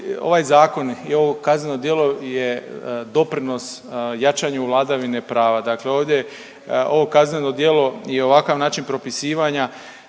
ovaj zakon i ovo kazneno djelo je doprinos jačanju vladavine prava. Dakle ovdje, ovo kazneno djelo i ovakav način propisivanja